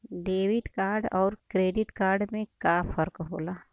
Debit card अउर credit card में का फर्क होला?